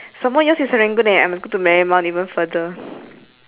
some more yours is serangoon eh I must go to marymount even further